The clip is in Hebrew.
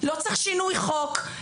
לא צריך שינוי חוק.